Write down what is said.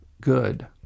good